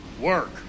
work